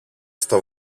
στο